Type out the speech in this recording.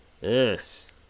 Yes